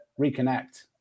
reconnect